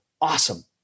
Awesome